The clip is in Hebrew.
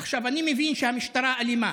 עכשיו, אני מבין שהמשטרה אלימה,